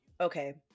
okay